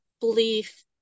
belief